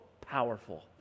powerful